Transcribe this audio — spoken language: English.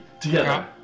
together